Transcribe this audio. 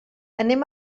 anem